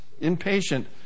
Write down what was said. impatient